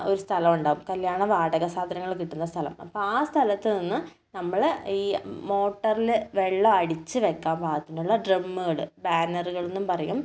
ഒരു സ്ഥലമുണ്ടാകും കല്യാണ വാടക സാധനങ്ങൾ കിട്ടുന്ന സ്ഥലം അപ്പം ആ സ്ഥലത്തു നിന്ന് നമ്മൾ ഈ മോട്ടറിൽ വെള്ളം അടിച്ച് വെയ്ക്കാൻ പാകത്തിനുള്ള ട്രമ്മുകൾ ബാനറുകളെന്നും പറയും